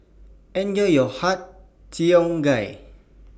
Enjoy your Har Cheong Gai